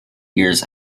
years